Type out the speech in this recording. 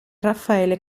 raffaele